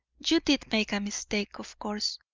you did make a mistake, of course,